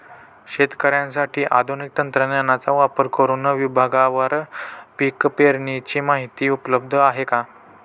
शेतकऱ्यांसाठी आधुनिक तंत्रज्ञानाचा वापर करुन विभागवार पीक पेरणीची माहिती उपलब्ध आहे का?